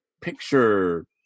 picture